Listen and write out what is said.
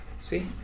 See